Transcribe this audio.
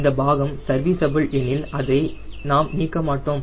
இந்த பாகம் சர்வீஸபுள் எனில் அதை நாம் நீக்க மாட்டோம்